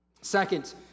Second